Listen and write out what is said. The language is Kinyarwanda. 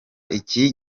iki